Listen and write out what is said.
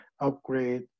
upgrade